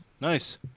Nice